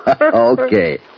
Okay